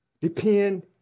Depend